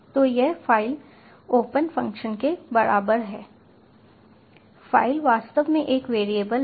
तो यह file open function के बराबर है फाइल वास्तव में एक वेरिएबल है